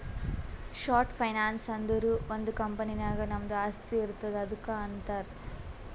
short finance ಅಂದುರ್ ಒಂದ್ company ನಾಗ್ ನಮ್ದು ಆಸ್ತಿ ಇರ್ತುದ್ ಅದುಕ್ಕ ಅಂತಾರ್